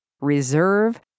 Reserve